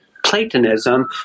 Platonism